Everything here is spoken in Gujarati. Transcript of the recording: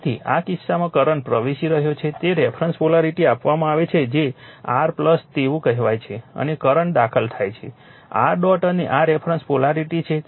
તેથી આ કિસ્સામાં કરંટ પ્રવેશી રહ્યો છે તે રેફરન્સ પોલારિટી આપવામાં આવે છે જે r તેવું કહેવાય છે અને કરંટ દાખલ થાય છે r ડોટ અને આ રેફરન્સ પોલારિટી છે